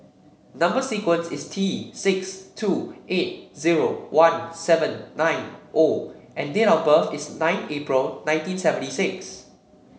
number sequence is T six two eight zero one seven nine O and date of birth is nine April nineteen seventy six